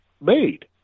made